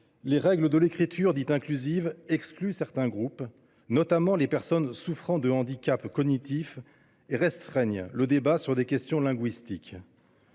les règles de l’écriture dite inclusive excluent certains groupes, notamment les personnes souffrant de handicaps cognitifs, et qu’elles restreignent le débat sur des questions linguistiques